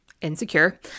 insecure